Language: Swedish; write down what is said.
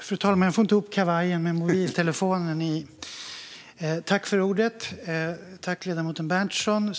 Fru talman! Jag tackar ledamoten Berntsson.